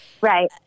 right